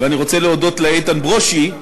ואני רוצה להודות לאיתן ברושי,